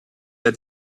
had